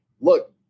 look